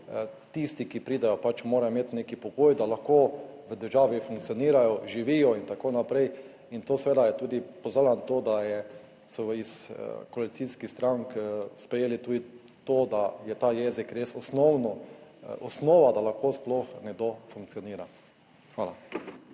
tisti, ki pridejo, pač morajo imeti nek pogoj, da lahko v državi funkcionirajo, živijo in tako naprej in to seveda pozdravljam, da so iz koalicijskih strank sprejeli tudi to, da je ta jezik res osnovno osnova, da lahko sploh nekdo funkcionira. Hvala.